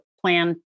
plan